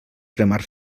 cremar